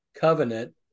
Covenant